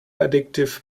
addictive